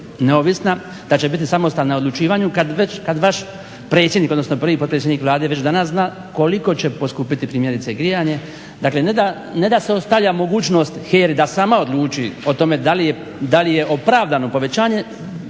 da će biti samostalna u odlučivanju kad vaš predsjednik, odnosno prvi potpredsjednik Vlade već danas zna koliko će poskupiti primjerice grijanje. Dakle, ne da se ostavlja mogućnost HERA-i da sama odluči o tome da li je opravdano povećanje.